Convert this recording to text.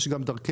יש גם דרכנו.